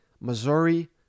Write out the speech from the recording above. Missouri